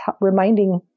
Reminding